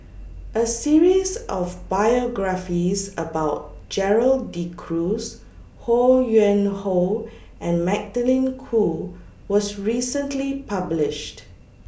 A series of biographies about Gerald De Cruz Ho Yuen Hoe and Magdalene Khoo was recently published